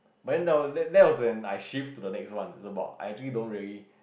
but then that was that was when I shift to the next one it's about I actually don't really